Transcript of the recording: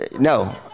no